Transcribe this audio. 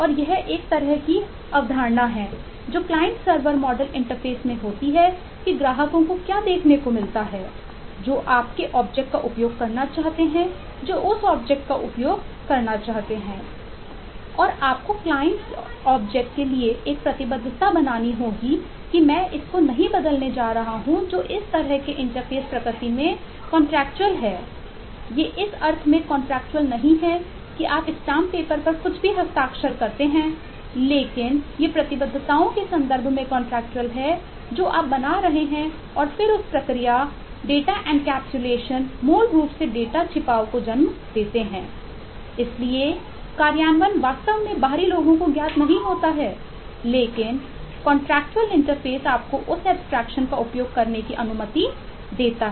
और आपको client objects का उपयोग करने की अनुमति देता है